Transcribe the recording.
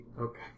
Okay